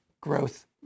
growth